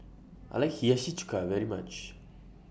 I like Hiyashi Chuka very much